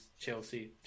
Chelsea